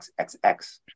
XXX